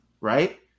right